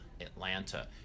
Atlanta